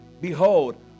Behold